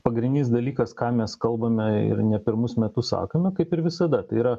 pagrindinis dalykas ką mes kalbame ir ne pirmus metus sakome kaip ir visada tai yra